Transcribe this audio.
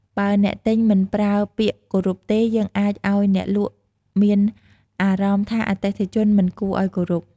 បើអ្នកទិញមិនប្រើពាក្យគោរពទេ អាចធ្វើឲ្យអ្នកលក់មានអារម្មណ៍ថាអតិថិជនមិនគួរឲ្យគោរព។